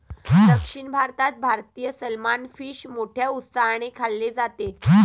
दक्षिण भारतात भारतीय सलमान फिश मोठ्या उत्साहाने खाल्ले जाते